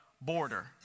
border